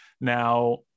Now